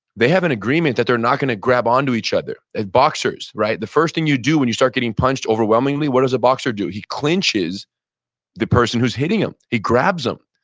they have an agreement that they're not going to grab onto each other as boxers. the first thing you do when you start getting punched, overwhelmingly, what does a boxer do? he clenches the person who's hitting him, he grabs him,